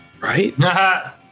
Right